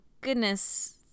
goodness